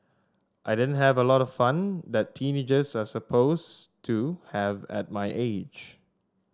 I didn't have a lot of fun that teenagers are supposed to have at my age